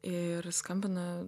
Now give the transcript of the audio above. ir skambina